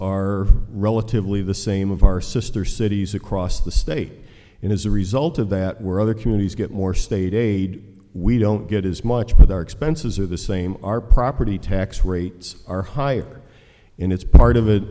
are relatively the same of our sister cities across the state and as a result of that we're other communities get more state aid we don't get as much for their expenses are the same our property tax rates are higher and it's part of it